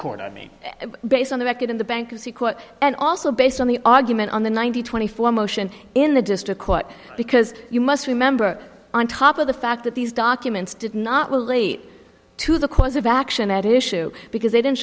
court i mean based on the record in the bankruptcy court and also based on the argument on the ninety twenty four motion in the district court because you must remember on top of the fact that these documents did not relate to the cause of action at issue because they didn't